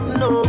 no